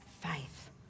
faith